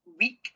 week